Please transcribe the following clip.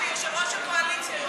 שיושב-ראש הקואליציה,